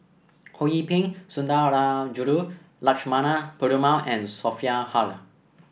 Ho Yee Ping Sundarajulu Lakshmana Perumal and Sophia Hull